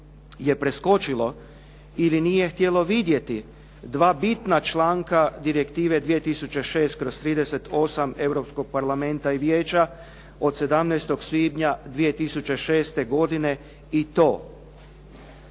je preskočilo ili nije htjelo vidjeti 2 bitna članka Direktive 2006/38 Europskog parlamenta i vijeća od 17. svibnja 2006. godine i to